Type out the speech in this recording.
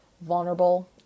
vulnerable